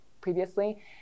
previously